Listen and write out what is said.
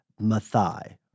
Mathai